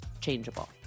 changeable